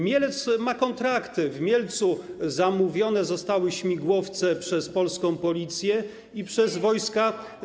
Mielec ma kontrakty, w Mielcu zamówione zostały śmigłowce przez polską Policję i przez wojska specjalne.